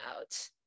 out